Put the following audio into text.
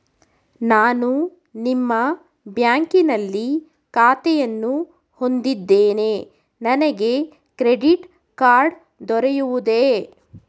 ನಾನು ನಿಮ್ಮ ಬ್ಯಾಂಕಿನಲ್ಲಿ ಖಾತೆಯನ್ನು ಹೊಂದಿದ್ದೇನೆ ನನಗೆ ಕ್ರೆಡಿಟ್ ಕಾರ್ಡ್ ದೊರೆಯುವುದೇ?